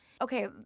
Okay